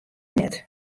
net